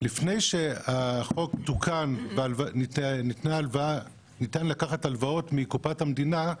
לפני שהחוק תוקן וניתן לקחת הלוואות מקופת המדינה,